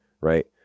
right